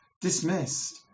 dismissed